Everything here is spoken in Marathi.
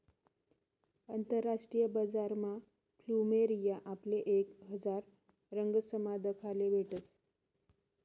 आंतरराष्ट्रीय बजारमा फ्लुमेरिया आपले एक हजार रंगसमा दखाले भेटस